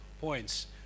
points